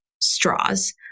straws